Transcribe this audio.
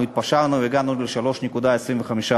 אנחנו התפשרנו והגענו ל-3.25%.